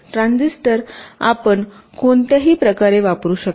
transistor आपण कोणत्याही प्रकारे वापरू शकता